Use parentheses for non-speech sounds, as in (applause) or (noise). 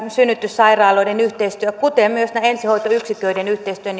synnytyssairaaloiden yhteistyön kuten myös näiden ensihoitoyksiköiden yhteistyön (unintelligible)